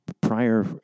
prior